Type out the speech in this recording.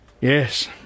Yes